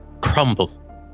crumble